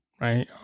right